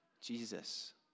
Jesus